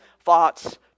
thoughts